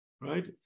right